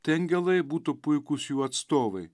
tai angelai būtų puikūs jų atstovai